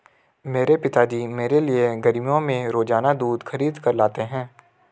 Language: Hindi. मेरे पिताजी मेरे लिए गर्मियों में रोजाना दूध खरीद कर लाते हैं